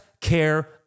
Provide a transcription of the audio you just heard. care